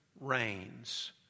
reigns